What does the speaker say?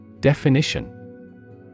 Definition